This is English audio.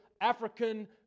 African